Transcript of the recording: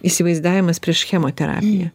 įsivaizdavimas prieš chemoterapiją